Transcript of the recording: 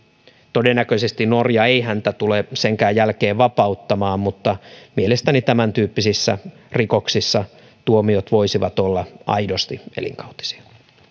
todennäköisesti norja ei häntä tule senkään jälkeen vapauttamaan mutta mielestäni tämäntyyppisissä rikoksissa tuomiot voisivat olla aidosti elinkautisia